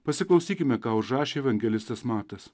pasiklausykime ką užrašė evangelistas matas